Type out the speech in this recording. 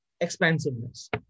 expansiveness